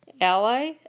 ally